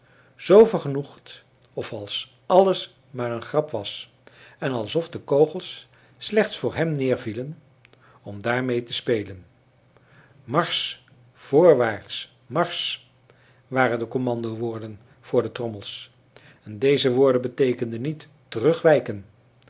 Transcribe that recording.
z vergenoegd alsof alles maar een grap was en alsof de kogels slechts voor hem neervielen om daarmee te spelen marsch voorwaarts marsch waren de kommandowoorden voor de trommels en deze woorden beteekenden niet terugwijken